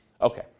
Okay